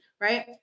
right